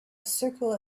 circle